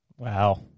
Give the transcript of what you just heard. Wow